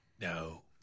No